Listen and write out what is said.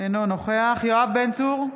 אינו נוכח יואב בן צור,